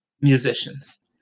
musicians